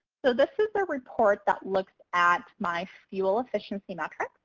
so this is the report that looks at my fuel efficiency metrics,